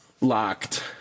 locked